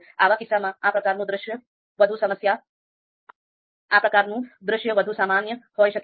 આવા કિસ્સામાં આ પ્રકારનું દૃશ્ય વધુ સામાન્ય હોઈ શકે છે